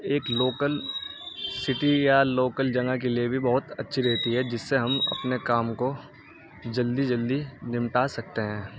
ایک local city یا local جگہ کے لیے بھی بہت اچھی رہتی ہے جس سے ہم اپنے کام کو جلدی جلدی نمٹا سکتے ہیں